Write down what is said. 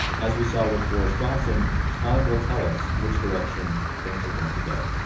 as we saw with boris johnson, time will tell us which direction things are going to go.